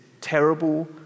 terrible